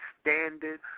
standard